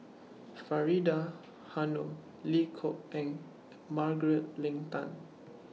Faridah Hanum Lim Kok Ann Margaret Leng Tan